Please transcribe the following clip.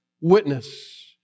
witness